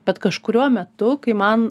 bet kažkuriuo metu kai man